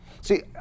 See